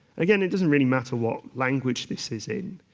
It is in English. again, it doesn't really matter what language this is in.